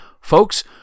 folks